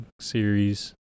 series